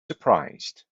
surprised